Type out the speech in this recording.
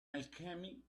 alchemy